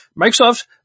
Microsoft